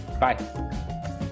Bye